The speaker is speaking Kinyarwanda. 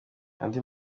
andi